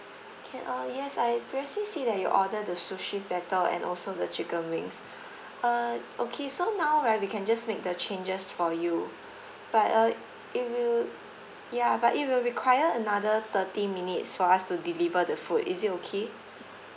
okay uh yes I actually see that you order the sushi platter and also the chicken wings uh okay so now right we can just make the changes for you but uh it will ya but it will require another thirty minutes for us to deliver the food is it okay